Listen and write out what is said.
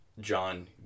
John